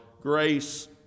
grace